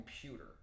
computer